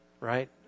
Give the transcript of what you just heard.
right